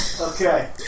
okay